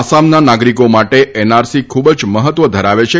આસામના નાગરિકો માટે એનઆરસી ખૂબ જ મહત્વ ધરાવે છે